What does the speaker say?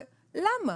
למה?